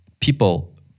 people